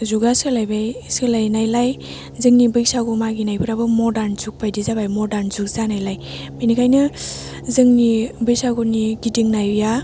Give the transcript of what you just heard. जुगा सोलायबाय सोलायनायलाय जोंनि बैसागु मागिनायफ्राबो मदार्न जुग बायदि जाबाय मदार्न जुग जानायलाय बेनिखायनो जोंनि बैसागुनि गिदिंनाया